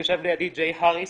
יושב לידי ג'יי האריס,